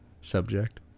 subject